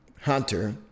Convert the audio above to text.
Hunter